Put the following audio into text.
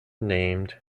named